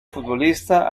futbolista